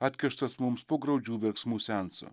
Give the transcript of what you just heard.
atkištas mums po graudžių verksmų seansų